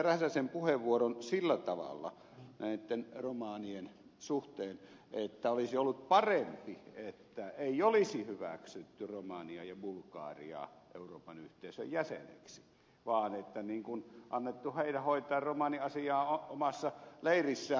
räsäsen puheenvuoron sillä tavalla näitten romanien suhteen että olisi ollut parempi että ei olisi hyväksytty romaniaa ja bulgariaa euroopan yhteisön jäseniksi vaan annettu heidän hoitaa romaniasiaa omassa leirissään